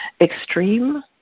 extreme